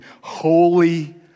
holy